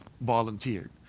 volunteered